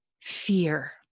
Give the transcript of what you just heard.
fear